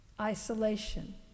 isolation